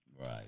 Right